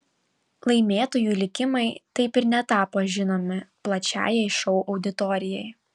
laimėtojų likimai taip ir netapo žinomi plačiajai šou auditorijai